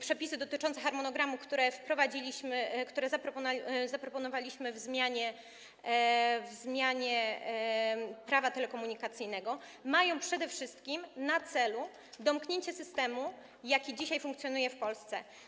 Przepisy dotyczące harmonogramu, które wprowadziliśmy, które zaproponowaliśmy w zmianie Prawa telekomunikacyjnego, mają przede wszystkim na celu domknięcie systemu, jaki dzisiaj funkcjonuje w Polsce.